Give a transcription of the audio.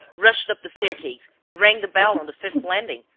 rushed up the staircase, rang the bell on the fifth landing,